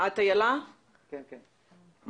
יוסי וירצבורגר,